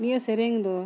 ᱱᱤᱭᱟᱹ ᱥᱮᱨᱮᱧ ᱫᱚ